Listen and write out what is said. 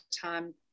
time